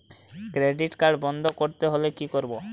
Credit card বন্ধ করতে হলে কি করব?